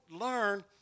learn